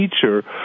teacher